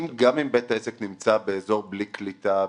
גם אם בית העסק נמצא באזור בלי קליטה,